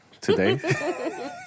today